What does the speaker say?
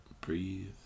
breathe